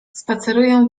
spaceruję